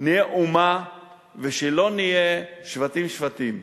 אומה ושלא נהיה שבטים-שבטים,